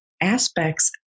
aspects